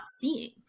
seeing